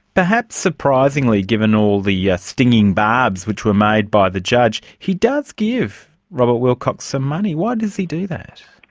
perhaps surprisingly, given all the yeah stinging barbs that were made by the judge, he does give robert wilcox some money. why does he do that?